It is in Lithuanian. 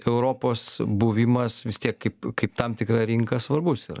europos buvimas vis tiek kaip kaip tam tikra rinka svarbus yra